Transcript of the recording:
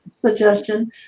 suggestion